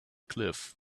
cliff